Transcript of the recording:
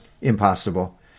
impossible